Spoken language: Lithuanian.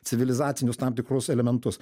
civilizacinius tam tikrus elementus